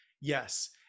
yes